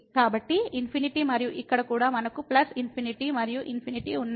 కాబట్టి ఇన్ఫినిటీ మరియు ఇక్కడ కూడా మనకు ప్లస్ ఇన్ఫినిటీ మరియు ఇన్ఫినిటీ ఉన్నాయి